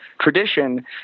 tradition